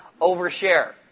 overshare